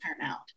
turnout